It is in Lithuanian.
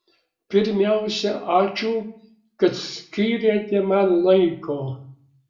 pirmiausia ačiū kad skyrėte man laiko